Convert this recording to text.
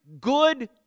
good